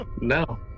No